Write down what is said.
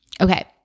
Okay